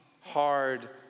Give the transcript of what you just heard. hard